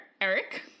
Eric